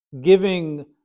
giving